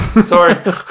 Sorry